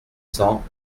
cents